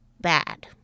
bad